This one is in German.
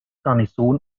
garnison